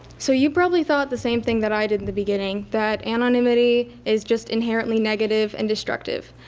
so you probably thought the same thing that i did in the beginning that anonymity is just inherently negative and destructive.